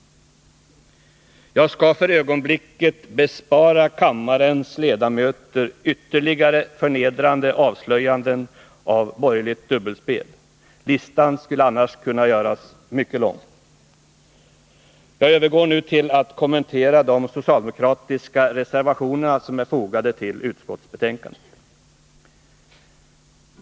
Jag skall för ögonblicket bespara kammarens ledamöter ytterligare förnedrande avslöjanden av borgerligt dubbelspel. Listan skulle annars kunna göras mycket lång. Jag övergår nu till att kommentera de socialdemokratiska reservationer som fogats till utskottsbetänkandet.